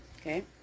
Okay